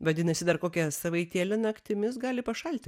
vadinasi dar kokią savaitėlę naktimis gali pašalti